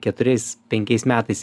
keturiais penkiais metais